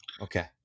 Okay